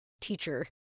teacher